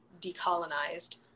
decolonized